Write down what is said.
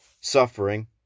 suffering